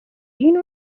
دین